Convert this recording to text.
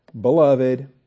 beloved